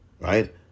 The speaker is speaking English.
right